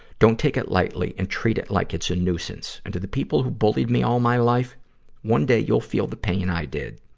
don't take it lightly and treat it like it's a nuisance. and to the people who bullied me all my life one day you'll feel the pain i did.